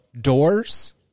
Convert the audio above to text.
doors